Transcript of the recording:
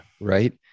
Right